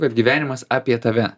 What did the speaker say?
kad gyvenimas apie tave